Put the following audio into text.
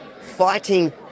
fighting